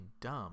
dumb